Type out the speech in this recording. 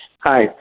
Hi